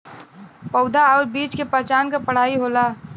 पउधा आउर बीज के पहचान क पढ़ाई होला